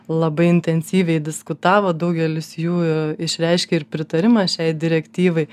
labai intensyviai diskutavo daugelis jų išreiškė ir pritarimą šiai direktyvai